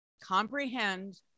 comprehend